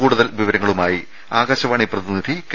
കൂടുതൽ വിവരങ്ങളുമായി ആകാശവാണി പ്രതിനിധി കെ